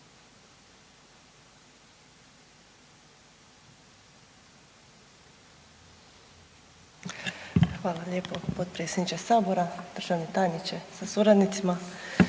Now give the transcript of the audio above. Hvala lijepo potpredsjedniče sabora. Poštovani tajniče sa suradnicima,